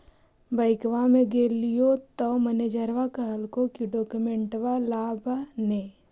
बैंकवा मे गेलिओ तौ मैनेजरवा कहलको कि डोकमेनटवा लाव ने?